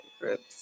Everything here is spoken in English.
groups